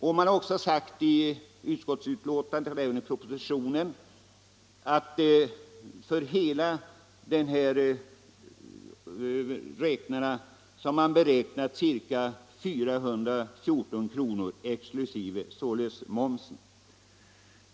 Det har också sagts i propositionen och i ut = vissa släpvagnar, skottets betänkande att hela kostnaden för kilometerräknarna kan upp = m.m. skattas till 414 kr. exkl. momsen.